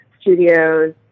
studios